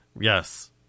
Yes